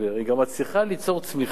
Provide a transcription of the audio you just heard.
היא גם מצליחה ליצור צמיחה